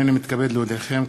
הנני מתכבד להודיעכם,